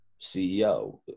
CEO